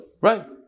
Right